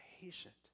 patient